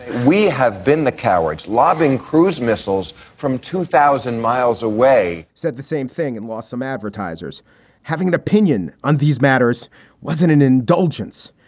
we have been the cowards lobbing cruise missiles from two thousand miles away, said the same thing and lost some advertisers having an opinion on these matters wasn't an indulgence.